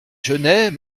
genêts